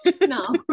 no